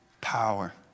Power